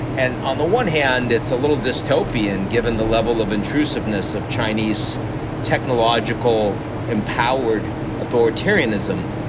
and on the one hand, it's a little dystopian given the level of intrusiveness of chinese technological empowered authoritarianism.